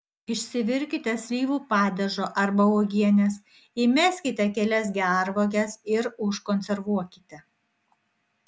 išsivirkite slyvų padažo arba uogienės įmeskite kelias gervuoges ir užkonservuokite